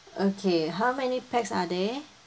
okay how many pax are there